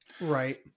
Right